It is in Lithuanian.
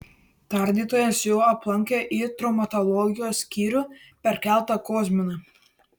tardytojas jau aplankė į traumatologijos skyrių perkeltą kozminą